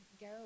go